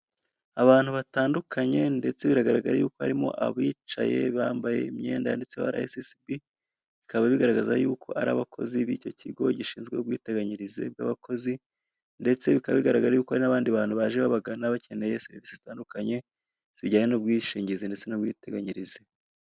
Abantu batandukanye ndetse biragaraga yuko harimo abicaye bambaye imyenda yanditseho arayesesibi, bikaba bigaragaza yuko ari abakozi b'icyo kigo gishinzwe ubwiteganyirize bw'abakozi, ndetse bikaba bigaragara yuko hari abandi bantu baje babagana bakeneye serivise zitandukanye zijyanye n'ubwishingizi ndetse n'ubwiteganyirize.